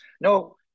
No